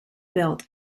built